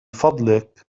فضلك